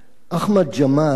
אחמד ג'מאל,